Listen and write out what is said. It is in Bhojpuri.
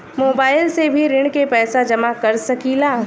मोबाइल से भी ऋण के पैसा जमा कर सकी ला?